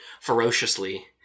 ferociously